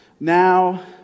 Now